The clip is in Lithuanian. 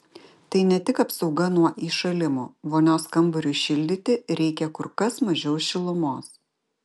tai ne tik apsauga nuo įšalimo vonios kambariui šildyti reikia kur kas mažiau šilumos